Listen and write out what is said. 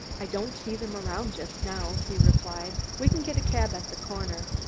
i don't see them around just now, he replied. we can get a cab at the corner.